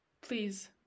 Please